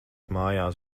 mājās